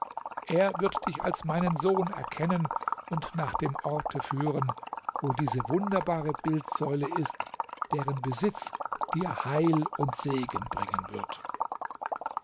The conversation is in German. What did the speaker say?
er wird dich als meinen sohn erkennen und nach dem ort führen wo diese wunderbare bildsäule ist deren besitz dir heil und segen bringen wird